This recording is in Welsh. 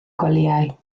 gwelyau